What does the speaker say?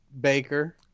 Baker